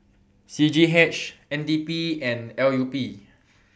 C G H N D P and L U P